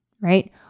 right